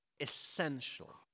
essential